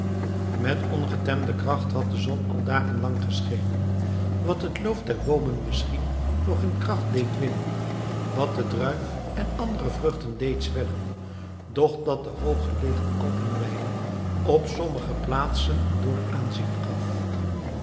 met ongetemperde kracht had de zon al dagen lang geschenen wat het loof der boomen misschien nog in kracht deed winnen wat de druif en andere vruchten deed zwellen doch dat de hoog gelegen alpenweiden op sommige plaatsen een dor aanzien gaf